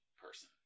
person